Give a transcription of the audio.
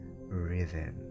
rhythm